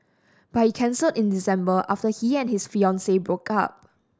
but he cancelled in December after he and his fiancee broke up